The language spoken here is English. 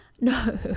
No